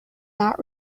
not